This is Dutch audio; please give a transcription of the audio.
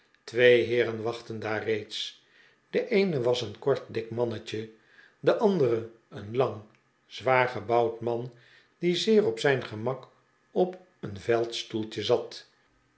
twee heeren wachtten daar reeds de eene was een kort dik mannetje de andere een lang zwaar gebouwd man die zeer op zijn gemak op een veldstoeltje zat